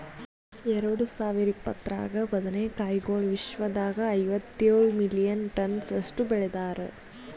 ಎರಡು ಸಾವಿರ ಇಪ್ಪತ್ತರಾಗ ಬದನೆ ಕಾಯಿಗೊಳ್ ವಿಶ್ವದಾಗ್ ಐವತ್ತೇಳು ಮಿಲಿಯನ್ ಟನ್ಸ್ ಅಷ್ಟು ಬೆಳದಾರ್